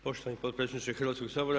Poštovani potpredsjedniče Hrvatskog sabora.